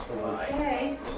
Okay